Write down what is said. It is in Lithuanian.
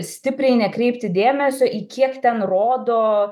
stipriai nekreipti dėmesio į kiek ten rodo